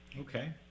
Okay